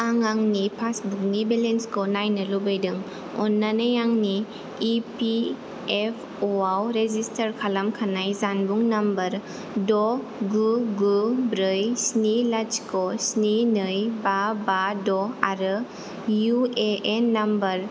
आं आंनि पासबुकनि बेलेन्सखौ नायनो लुबैदों अननानै आंनि इ पि एफ अ आव रेजिस्टार खालामखानाय जानबुं नाम्बार द गु गु ब्रै स्नि लाथिख' स्नि नै बा बा द आरो इउ ए एन नम्बर